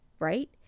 right